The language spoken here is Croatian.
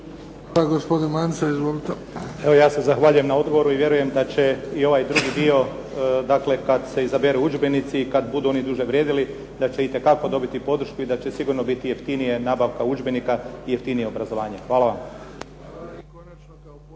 Izvolite. **Mance, Anton (HDZ)** Evo ja se zahvaljujem na odgovoru i vjerujem da će i ovaj drugi dio kada se izaberu udžbenici i kada oni budu duže vrijedili da će itekako dobiti podršku i da će sigurno biti jeftinija nabavka udžbenika i jeftinije obrazovanje. Hvala vam.